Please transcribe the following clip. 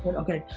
okay,